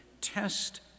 test